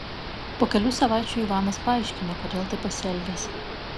po kelių savaičių ivanas paaiškino kodėl taip pasielgęs